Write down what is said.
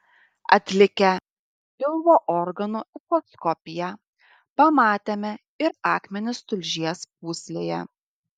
atlikę pilvo organų echoskopiją pamatėme ir akmenis tulžies pūslėje